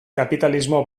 kapitalismo